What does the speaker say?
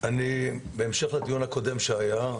בהמשך לדיון הקודם שהיה,